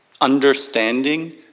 understanding